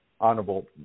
honorable